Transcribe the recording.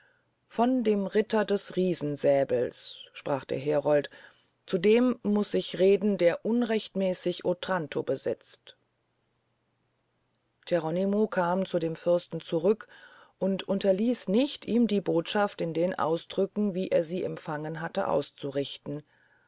von dem ritter des riesensäbels sprach der herold zu dem muß ich reden der unrechtmäßig otranto besitzt geronimo kam zu dem fürsten zurück und unterließ nicht ihm die bothschaft in den ausdrücken wie er sie empfangen hatte auszurichten